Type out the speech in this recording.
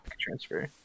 transfer